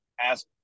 ask